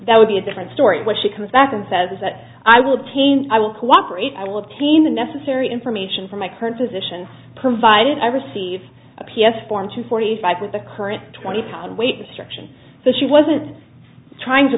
that would be a different story when she comes back and says that i will obtain i will cooperate i live team the necessary information for my current position provided i receive a p s form two forty five with the current twenty pound weight destruction so she wasn't trying to